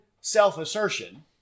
self-assertion